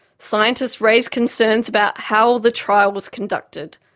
scientists raised concerns about how the trial was conducted,